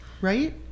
right